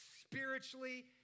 Spiritually